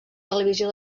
televisió